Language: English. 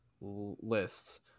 lists